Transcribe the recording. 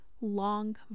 long